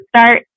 start